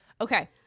Okay